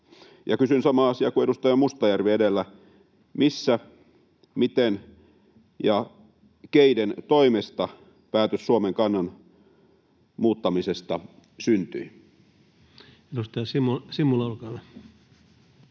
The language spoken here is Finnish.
Kysyn samaa asiaa kuin edustaja Mustajärvi edellä: missä, miten ja keiden toimesta päätös Suomen kannan muuttamisesta syntyi? [Speech 298] Speaker: